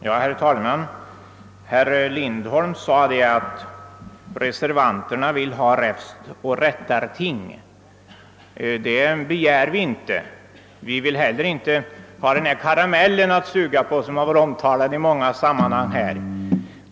Herr talman! Herr Lindholm sade att reservanterna vill ha räfstoch rättarting. Det begär vi inte. Vi vill heller inte ha den karamell att suga på som har omtalats i många sammanhang här.